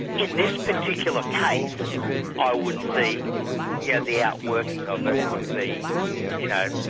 in this particular case i would see yeah the outworking of it would be you know